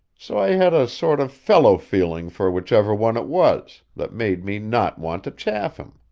so i had a sort of fellow-feeling for whichever one it was, that made me not want to chaff him.